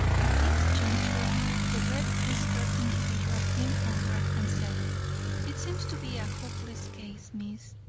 at this juncture the red-whiskered individual came forward and said it seems to be a hopeless case, miss.